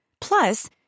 Plus